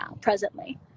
presently